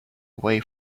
away